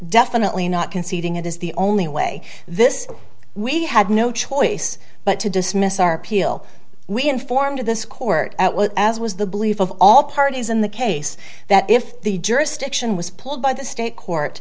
definitely not conceding it is the only way this we had no choice but to dismiss our appeal we informed this court at what as was the belief of all parties in the case that if the jurisdiction was pulled by the state court